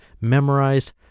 memorized